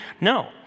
No